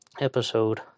episode